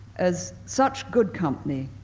as such good company,